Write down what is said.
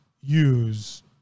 use